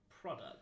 product